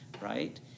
right